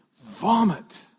vomit